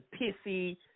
pissy